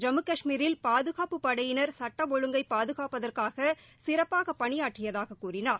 ஜம்மு காஷ்மீரில் பாதுகாப்பு படையினர் சுட்ட ஒழுங்கை பாதுகாப்பதற்காக சிறப்பாக பணியாற்றியதாக கூறினார்